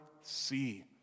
see